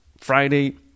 Friday